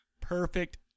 Perfect